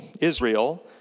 Israel